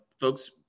folks